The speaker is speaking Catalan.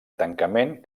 tancament